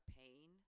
pain